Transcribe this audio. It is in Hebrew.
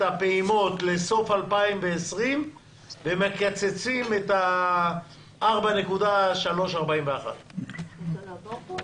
הפעימות לסוף 2020 ומקצצים את 4.341 מיליארד השקלים.